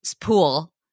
pool